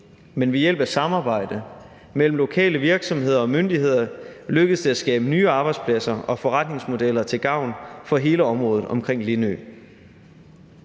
men ved hjælp af samarbejde mellem lokale virksomheder og myndigheder lykkedes det at skabe nye arbejdspladser og forretningsmodeller til gavn for hele området omkring Lindø.